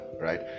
right